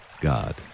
God